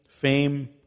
fame